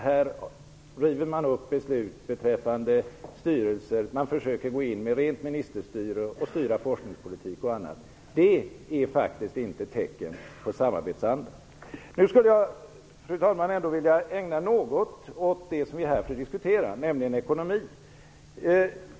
Här river man upp beslut beträffande styrelser. Man försöker gå in med rent ministerstyre och styra forskningspolitik och annat. Det är inte tecken på samarbetsanda. Jag skulle, fru talman, ändå vilja ägna mig något åt det som vi är här för att diskutera, nämligen ekonomin.